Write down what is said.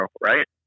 Right